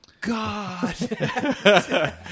God